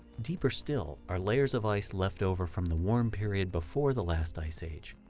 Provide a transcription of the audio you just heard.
deeper still are layers of ice leftover from the warm period before the last ice age,